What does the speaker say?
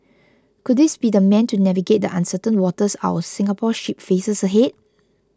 could this be the man to navigate the uncertain waters our Singapore ship faces ahead